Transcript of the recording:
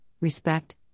respect